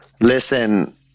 Listen